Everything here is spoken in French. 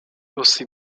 aussi